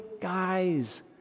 guys